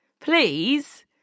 please